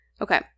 Okay